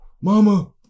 mama